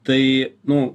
tai nu